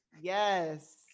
Yes